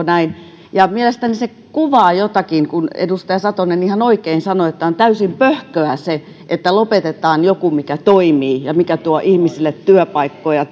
näin ja mielestäni se kuvaa jotakin kun edustaja satonen ihan oikein sanoi että on täysin pöhköä se että lopetetaan joku mikä toimii ja mikä tuo ihmisille työpaikkoja